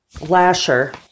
Lasher